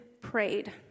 prayed